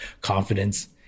confidence